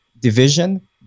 division